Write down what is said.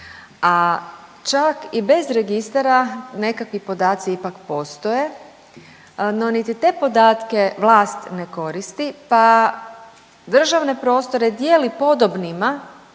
a čak i bez registara nekakvi podaci ipak postoje, no niti te podatke vlast ne koristi pa državne prostore dijeli podobnima